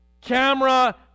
camera